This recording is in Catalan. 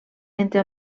entre